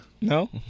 No